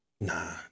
Nah